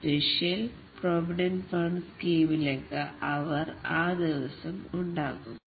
special providence fund സ്കീമിലേക്കു അവർ ആ ദിവസം ഉണ്ടാക്കുന്നു